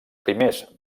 primers